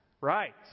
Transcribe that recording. Right